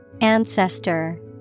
Ancestor